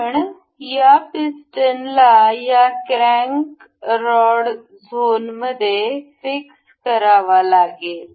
कारण या पिस्टनला या क्रॅंक रॉड झोनमध्ये फिक्स करावा लागेल